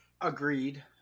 Agreed